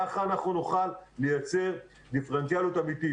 כך אנחנו נוכל לייצר דיפרנציאליות אמיתית.